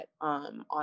on